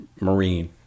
marine